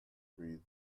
breathed